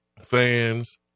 fans